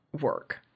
work